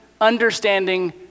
understanding